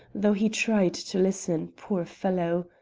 though he tried to listen, poor fellow!